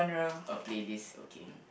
a playlist okay